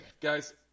guys